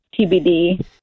TBD